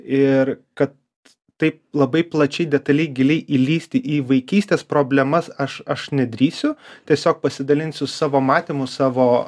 ir kad taip labai plačiai detaliai giliai įlįsti į vaikystės problemas aš aš nedrįsiu tiesiog pasidalinsiu savo matymu savo